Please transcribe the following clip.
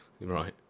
Right